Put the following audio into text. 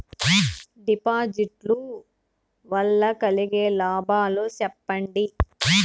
డిపాజిట్లు లు వల్ల కలిగే లాభాలు సెప్పండి?